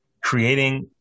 creating